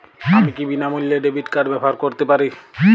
আমি কি বিনামূল্যে ডেবিট কার্ড ব্যাবহার করতে পারি?